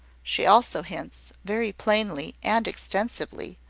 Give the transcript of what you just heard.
she also hints, very plainly and extensively,